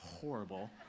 horrible